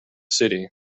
city